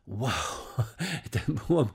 vau ten buvom